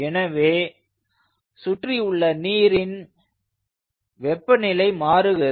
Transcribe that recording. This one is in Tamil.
எனவே சுற்றியுள்ள நீரின் வெப்பநிலை மாறுகிறது